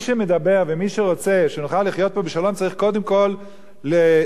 בשלום צריך קודם כול להתחיל במקום שזה חוקי.